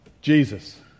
Jesus